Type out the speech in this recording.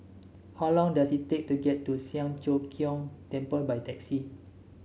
how long does it take to get to Siang Cho Keong Temple by taxi